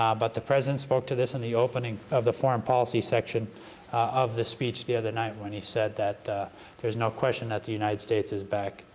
um but the president spoke to this in the opening of the foreign policy section of the speech the other night when he said that there's no question that the united states is back,